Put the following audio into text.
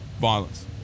violence